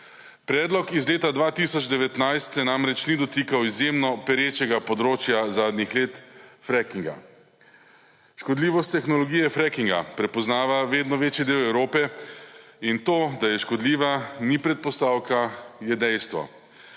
Predlog iz leta 2019 se namreč ni dotikal izjemno perečega področja zadnjih let, frackinga. Škodljivost tehnologije frackinga prepoznava vedno večji del Evrope in to, da je škodljiva, ni predpostavka, je dejstvo.